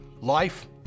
Life